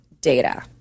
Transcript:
data